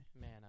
Man